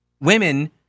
women